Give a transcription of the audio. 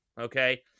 okay